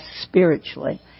spiritually